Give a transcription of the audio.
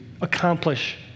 accomplish